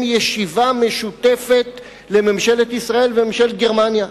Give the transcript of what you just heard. ישיבה משותפת לממשלת ישראל ולממשלת גרמניה,